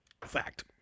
Fact